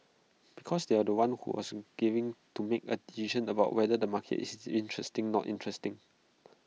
because they are the ones who wasn't giving to make A decision about whether the market is this interesting not interesting